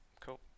Cool